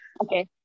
Okay